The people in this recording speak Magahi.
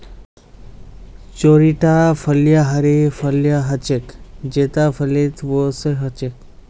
चौड़ीटा फलियाँ हरी फलियां ह छेक जेता फलीत वो स छेक